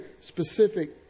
specific